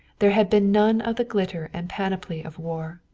there had been none of the glitter and panoply of war,